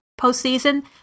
postseason